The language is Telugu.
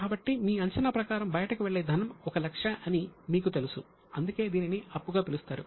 కాబట్టి మీ అంచనా ప్రకారం బయటకు వెళ్లే ధనం 1 లక్ష అని మీకు తెలుసు అందుకే దీనిని అప్పుగా పిలుస్తారు